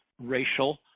racial